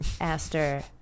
Aster